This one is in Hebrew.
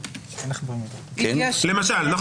למשל.